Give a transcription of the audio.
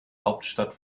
hauptstadt